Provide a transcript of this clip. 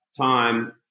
time